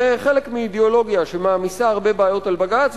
זה חלק מאידיאולוגיה שמעמיסה הרבה בעיות על בג"ץ,